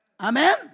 Amen